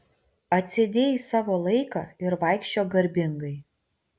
atsėdėjai savo laiką ir vaikščiok garbingai